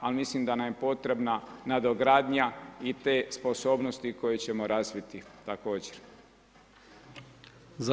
Ali mislim da nam je potrebna nadogradnja i te sposobnosti koje ćemo razviti također.